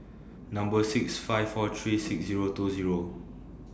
Number six five four three six Zero two Zero